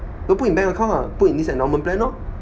don't put in bank account lah put in this endowment plan lor